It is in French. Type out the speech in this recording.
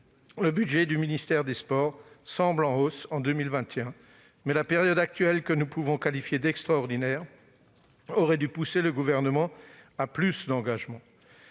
le budget du ministère chargé des sports semble en hausse en 2021, la période actuelle, que nous pouvons qualifier d'extraordinaire, aurait dû pousser le Gouvernement à s'engager